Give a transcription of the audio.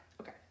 okay